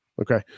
Okay